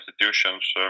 institutions